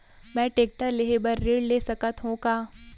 मैं टेकटर लेहे बर ऋण ले सकत हो का?